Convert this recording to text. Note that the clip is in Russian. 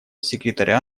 секретаря